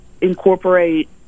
incorporate